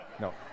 No